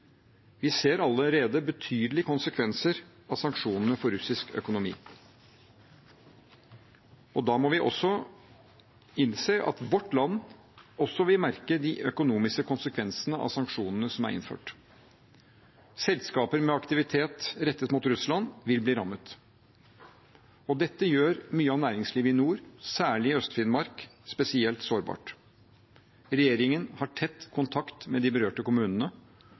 Vi ser allerede betydelige konsekvenser av sanksjonene for russisk økonomi. Da må vi også innse at vårt land også vil merke de økonomiske konsekvenser av sanksjonene som er innført. Selskaper med aktivitet rettet mot Russland vil bli rammet. Dette gjør mye av næringslivet i nord, særlig i Øst-Finnmark, spesielt sårbart. Regjeringen har tett kontakt med de berørte kommunene